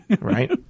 Right